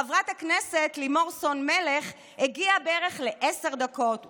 חברת הכנסת לימור סון הר מלך הגיעה לעשר דקות בערך,